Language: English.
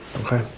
Okay